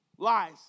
Lies